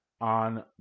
On